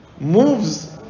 moves